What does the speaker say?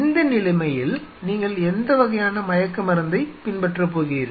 இந்த நிலைமையில் நீங்கள் எந்த வகையான மயக்க மருந்தைப் பின்பற்றப் போகிறீர்கள்